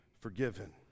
forgiven